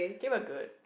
came out good